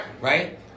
right